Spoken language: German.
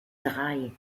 drei